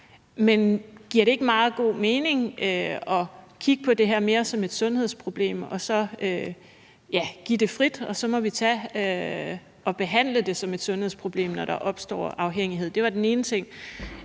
men giver det ikke meget god mening at kigge på det her mere som et sundhedsproblem og så give det frit og behandle det som et sundhedsproblem, når der opstår afhængighed? Det var den ene ting.